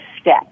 step